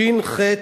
שי"ן, חי"ת,